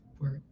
work